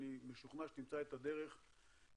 אני משוכנע שתמצא את הדרך להתעדכן,